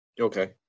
Okay